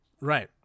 Right